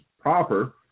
proper